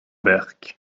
berck